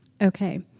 Okay